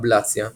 אבלציה צריבה,